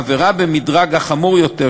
העבירה במדרג החמור יותר,